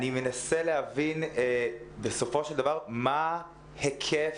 אני מנסה להבין בסופו של דבר מה ההיקף,